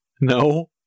no